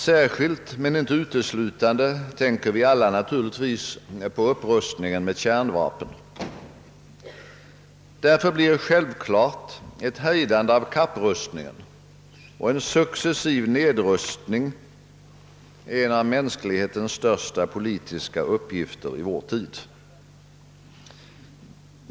Särskilt men inte uteslutande tänker vi alla naturligtvis på upprustningen med kärnvapen. Därför blir självklart ett hejdande av kapprustningen och en successiv nedrustning en av mänsklighetens största politiska uppgifter i vår tid.